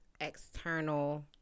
external